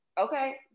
Okay